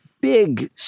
big